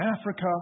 Africa